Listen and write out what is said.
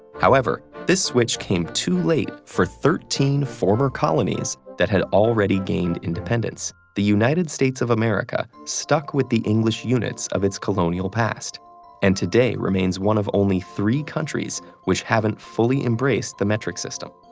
however, this switch came too late for thirteen former colonies that had already gained independence. the united states of america stuck with the english units of its colonial past and today remains one of only three countries which haven't fully embraced the metric system.